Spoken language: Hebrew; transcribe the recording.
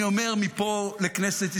אני אומר מפה לכנסת ישראל: